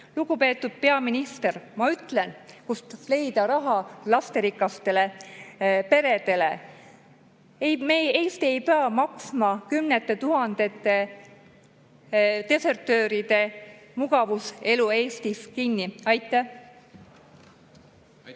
lubadused. Lugupeetud peaminister, ma ütlen, kust leida raha lasterikastele peredele: Eesti ei pea maksma kümnete tuhandete desertööride mugavuselu Eestis kinni. Aitäh!